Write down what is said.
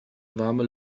warme